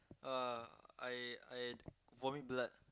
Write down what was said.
!wah! I I vomit blood